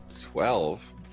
Twelve